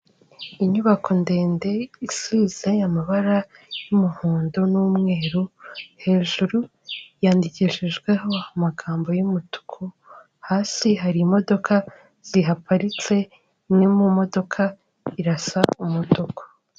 Inyubako ndende isize amabara y'umuhondo n'umweru, hejuru yandikishijweho amagambo y'umutuku, hasi hari imodoka zihaparitse, imwe mu modoka irasa umutuku.